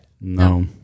No